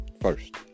first